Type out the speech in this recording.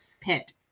pit